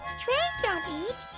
trains don't eat,